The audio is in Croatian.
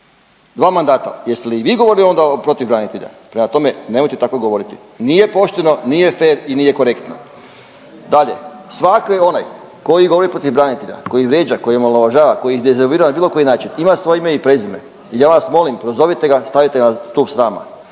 dva mandata. Jeste li i vi govorili onda protiv branitelja? Prema tome nemojte tako govoriti. Nije pošteno, nije fer i nije korektno. Dalje, svaki onaj koji govori protiv branitelja, koji vrijeđa, koji omalovažava, koji dezavuira na bilo koji način ima svoje ime i prezime i ja vas molim prozovite ga, stavite ga na stup srama.